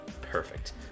perfect